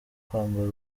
kwambara